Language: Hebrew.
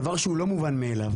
דבר שהוא לא מובן לאליו.